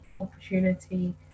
opportunity